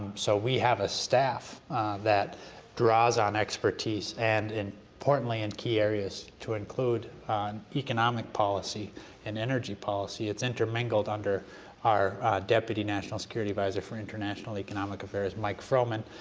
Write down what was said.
so we have a staff that draws on expertise and, importantly, in key areas to include on economic policy and energy policy, it's intermingled under our deputy national security advisor for international economic affairs, mike froman,